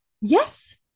Yes